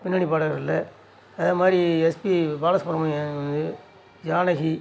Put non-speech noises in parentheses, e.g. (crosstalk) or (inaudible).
பின்னணி பாடகர்களில் அதை மாதிரி எஸ் பி பாலசுப்ரமணியன் (unintelligible) ஜானகி